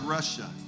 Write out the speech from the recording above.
Russia